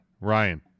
Ryan